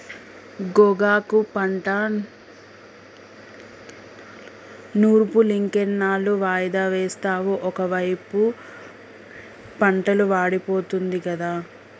గోగాకు పంట నూర్పులింకెన్నాళ్ళు వాయిదా వేస్తావు ఒకైపు పంటలు వాడిపోతుంది గదా